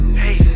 hey